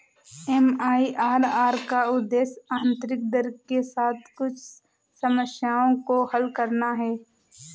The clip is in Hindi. एम.आई.आर.आर का उद्देश्य आंतरिक दर के साथ कुछ समस्याओं को हल करना है